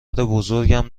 بزرگم